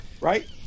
right